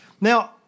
Now